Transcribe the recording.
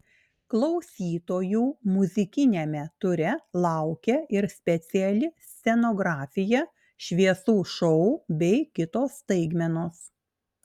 klausytojų muzikiniame ture laukia ir speciali scenografija šviesų šou bei kitos staigmenos